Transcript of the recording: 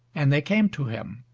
and they came to him.